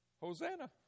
Hosanna